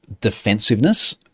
defensiveness